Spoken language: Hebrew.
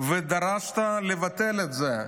ודרשת לבטל את זה.